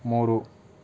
ಮೂರು